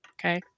Okay